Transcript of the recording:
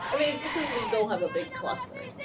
i mean, it's because we don't have a big cluster.